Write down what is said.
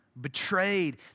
betrayed